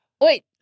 Wait